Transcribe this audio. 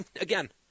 Again